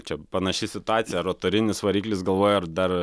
čia panaši situacija rotorinis variklis galvoju ar dar